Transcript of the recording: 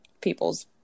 people's